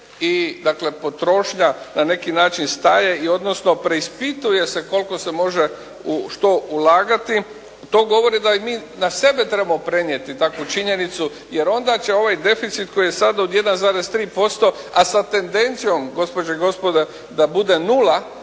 i, dakle potrošnja na neki način staje i odnosno preispituje se koliko se može u što ulagati. To govori da i mi na sebe trebamo prenijeti takvu činjenicu jer onda će ovaj deficit koji je sada od 1,3%, a sa tendencijom gospođe i gospodo da bude 0,